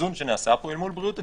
איזון שנעשה פה אל מול בריאות הציבור.